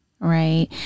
Right